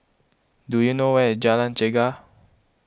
do you know where is Jalan Chegar